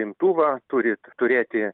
imtuvą turit turėti